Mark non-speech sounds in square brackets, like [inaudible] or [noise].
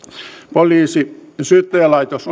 poliisi ja syyttäjälaitos [unintelligible]